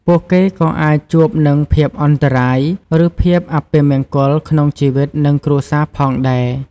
ពួកគេក៏អាចជួបនឹងភាពអន្តរាយ ឬភាពអពមង្គលក្នុងជីវិតនិងគ្រួសារផងដែរ។